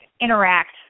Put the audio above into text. interact